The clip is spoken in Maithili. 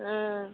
हुँ